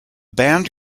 band